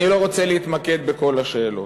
אני לא רוצה להתמקד בכל השאלות,